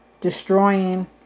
destroying